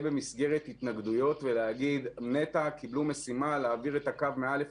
במסגרת התנגדויות להגיד שנת"ע קיבלו משימה להעביר את הקו מ-א'